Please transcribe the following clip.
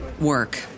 work